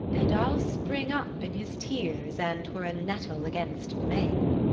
and i'll spring up in his tears, an twere a nettle against may.